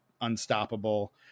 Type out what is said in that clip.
unstoppable